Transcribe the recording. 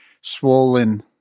swollen